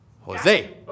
Jose